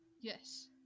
Yes